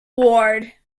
ward